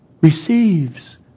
receives